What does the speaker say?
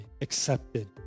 accepted